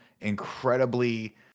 incredibly